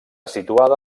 situada